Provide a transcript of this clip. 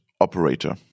operator